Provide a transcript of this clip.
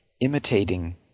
imitating